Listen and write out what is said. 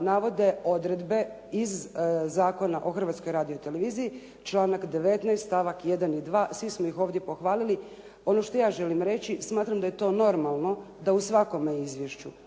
navode odredbe iz Zakona o Hrvatskoj radioteleviziji, članak 19. stavak 1. i 2., svi smo ih ovdje pohvalili. Ono što ja želim reći, smatram da je to normalno da u svakome izvješću,